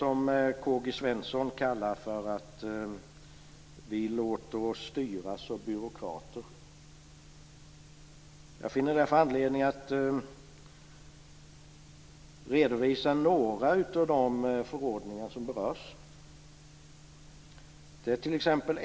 K-G Svenson sade att vi låter oss styras av byråkrater. Jag finner därför anledning att redovisa några av de förordningar som berörs.